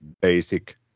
basic